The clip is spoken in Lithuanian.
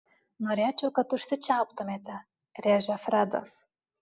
norėčiau kad užsičiauptumėte rėžia fredas